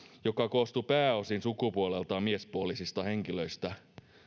joka koostuu pääosin sukupuoleltaan miespuolisista henkilöistä